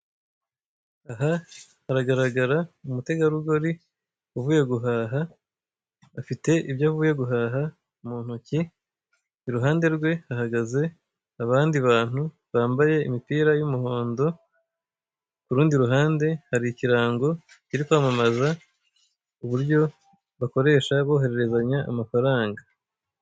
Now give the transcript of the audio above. Aha haragaragara umutegarugori uvuye guhaha, afite ibyo avuye guhaha mu ntoki. Iruhande rwe hahagaze abandi bantu bambaye imipira y'umuhondo. Ku rundi ruhande hari ikirango kiri kwamamaza uburyo bakoresha bohererezanya amafaranga.